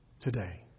today